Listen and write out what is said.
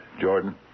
Jordan